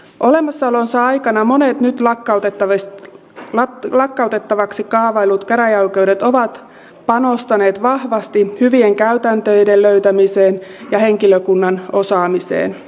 olemassaolonsa aikana monet nyt lakkautettavaksi kaavaillut käräjäoikeudet ovat panostaneet vahvasti hyvien käytäntöjen löytämiseen ja henkilökunnan osaamiseen